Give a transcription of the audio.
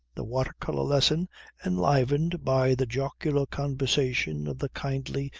the water-colour lesson enlivened by the jocular conversation of the kindly,